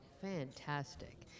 Fantastic